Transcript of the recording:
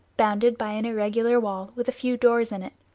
bounded by an irregular wall, with a few doors in it.